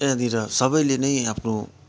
यहाँनिर सबैले नै आफ्नो